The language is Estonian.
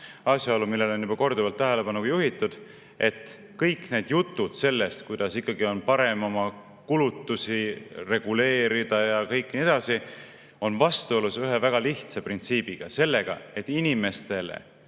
asjaolu, millele on juba korduvalt tähelepanu juhitud, et kõik need jutud sellest, kuidas ikkagi on parem oma kulutusi reguleerida ja nii edasi, on vastuolus ühe väga lihtsa printsiibiga: inimestele